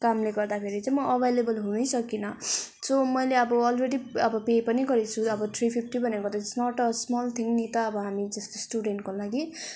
कामले गर्दाखेरि चाहिँ म अभाइलेवल हुनै सकिनँ सो मैले अब अलरेडी अब पे पनि गरेको छु अब थ्री फिफ्टी भनेको त is not a small thing नि त हामी जस्तो स्टुडेन्टको लागि